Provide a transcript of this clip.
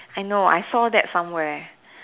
I know I saw that somewhere